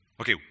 Okay